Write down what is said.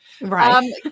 Right